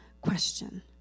question